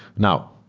now,